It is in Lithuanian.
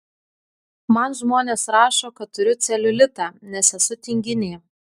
man žmonės rašo kad turiu celiulitą nes esu tinginė